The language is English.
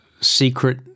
secret